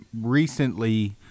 recently